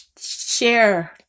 share